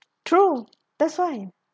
true that's why